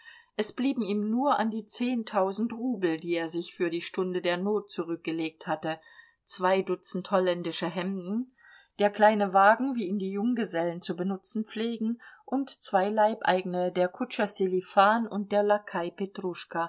es blieben ihm nur an die zehntausend rubel die er sich für die stunde der not zurückgelegt hatte zwei dutzend holländische hemden der kleine wagen wie ihn die junggesellen zu benutzen pflegen und zwei leibeigene der kutscher sselifan und der lakai